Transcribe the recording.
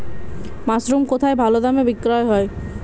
Mushroom কেথায় ভালোদামে বিক্রয় হয়?